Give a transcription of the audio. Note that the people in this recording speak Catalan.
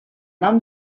nom